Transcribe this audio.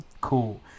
cool